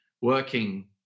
working